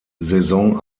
saison